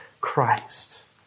Christ